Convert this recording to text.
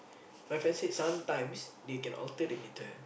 my friend said sometimes they can alter the meter